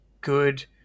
good